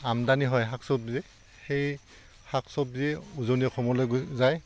আমদানি হয় শাক চব্জি সেই শাক চব্জি উজনি অসমলৈ গৈ যায়